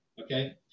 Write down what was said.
Okay